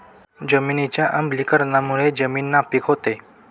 जमिनीच्या आम्लीकरणामुळे जमीन नापीक होते